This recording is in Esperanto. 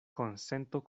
konsento